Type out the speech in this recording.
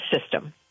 system